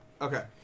Okay